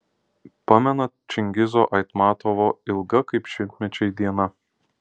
pamenat čingizo aitmatovo ilga kaip šimtmečiai diena